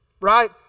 right